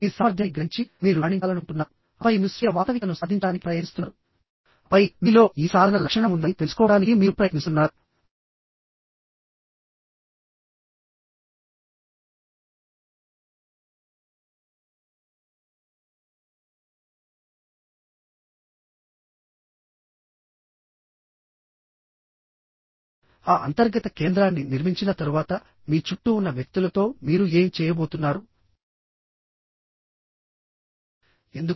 మీ సామర్థ్యాన్ని గ్రహించి మీరు రాణించాలనుకుంటున్నారు ఆపై మీరు స్వీయ వాస్తవికతను సాధించడానికి ప్రయత్నిస్తున్నారుఆపై మీలో ఈ సాధన లక్షణం ఉందని తెలుసుకోవడానికి మీరు ప్రయత్నిస్తున్నారుఆ అంతర్గత కేంద్రాన్ని నిర్మించిన తరువాత మీ చుట్టూ ఉన్న వ్యక్తులతో మీరు ఏమి చేయబోతున్నారు